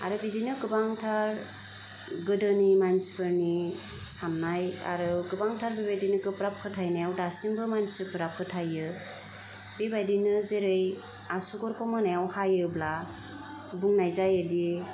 आरो बिदिनो गोबांथार गोदोनि मानसिफोरनि सान्नाय आरो गोबांथार बेबायदिनो गोब्राब फोथायनायाव दासिमबो मानसिफोरा फोथायो बेबायदिनो जेरै आसुगुरखौ मोनायाव हायोब्ला बुंनाय जायोदि